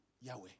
Yahweh